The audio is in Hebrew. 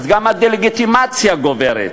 אז גם הדה-לגיטימציה גוברת.